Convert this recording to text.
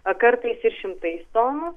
o kartais ir šimtais tonų